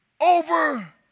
over